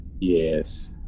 Yes